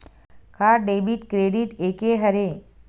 का debit credit एके हरय?